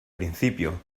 principio